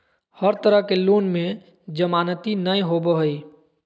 हर तरह के लोन में जमानती नय होबो हइ